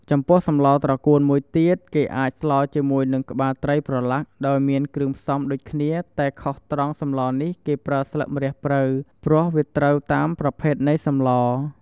ចំពោះសម្លត្រកួនមួយទៀត គេអាចស្លជាមួយនឹងក្បាលត្រីប្រឡាក់ ដោយមានគ្រឿងផ្សំដូចគ្នាតែខុសត្រង់សម្លនេះគេប្រើស្លឹកម្រះព្រៅ ព្រោះវាត្រូវតាមប្រភេទនៃសម្ល។